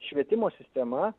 švietimo sistema